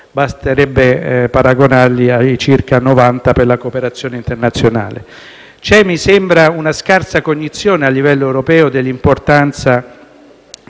Basterebbe paragonarli ai circa 90 per la cooperazione internazionale. C'è - mi sembra - una scarsa cognizione a livello europeo dell'importanza